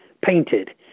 painted